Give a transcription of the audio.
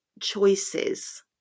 choices